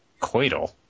Coital